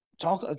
Talk